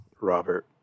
Robert